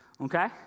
okay